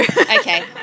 Okay